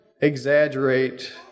exaggerate